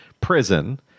prison